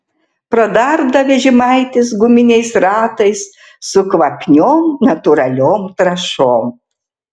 pradarda vežimaitis guminiais ratais su kvapniom natūraliom trąšom